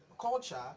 culture